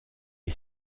est